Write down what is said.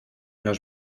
los